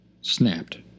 snapped